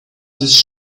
this